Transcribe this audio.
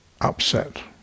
upset